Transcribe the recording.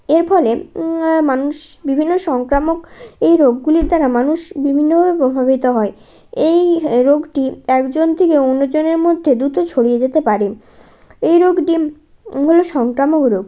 এর ফলে মানুষ বিভিন্ন সংক্রামক এই রোগগুলির দ্বারা মানুষ বিভিন্নভাবে প্রভাবিত হয় এই রোগটি একজন থেকে অন্যজনের মধ্যে দুত ছড়িয়ে যেতে পারে এই রোগটি হলো সংক্রামক রোগ